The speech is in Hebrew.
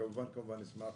אשמח